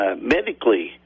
medically